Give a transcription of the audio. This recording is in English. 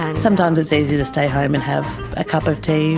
and sometimes it's easier to stay home and have a cup of tea